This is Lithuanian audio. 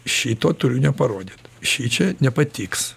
šito turiu neparodyti šičia nepatiks